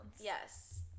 Yes